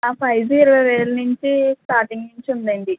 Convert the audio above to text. five G ఇరవై వేల నుంచి స్టార్టింగ్ నుంచి ఉందండి